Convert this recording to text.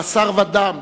בשר ודם,